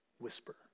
whisper